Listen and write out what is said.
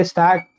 Stack